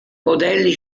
modelli